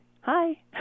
hi